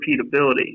repeatability